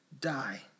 die